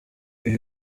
ibi